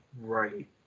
right